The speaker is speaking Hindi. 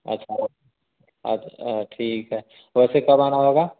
अच्छा अच्छ ठीक है वैसे कब आना होगा